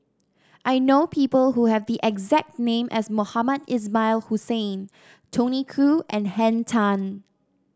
I know people who have the exact name as Mohamed Ismail Hussain Tony Khoo and Henn Tan